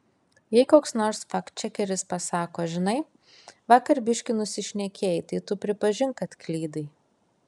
jei koks nors faktčekeris pasako žinai vakar biškį nusišnekėjai tai tu pripažink kad klydai